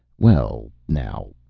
well, now,